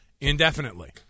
indefinitely